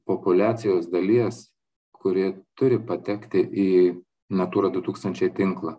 populiacijos dalies kuri turi patekti į natūra du tūkstančiai tinklą